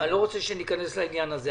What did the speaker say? אני לא רוצה להיכנס לעניין הזה.